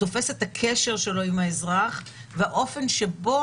תופס את הקשר שלו עם האזרח והאופן שבו